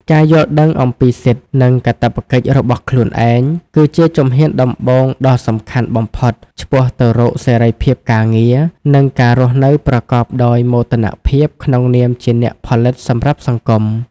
ការយល់ដឹងអំពីសិទ្ធិ និងកាតព្វកិច្ចរបស់ខ្លួនឯង គឺជាជំហានដំបូងដ៏សំខាន់បំផុតឆ្ពោះទៅរកសេរីភាពការងារ និងការរស់នៅប្រកបដោយមោទនភាពក្នុងនាមជាអ្នកផលិតសម្រាប់សង្គម។